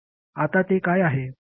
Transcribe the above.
आता ते काय आहे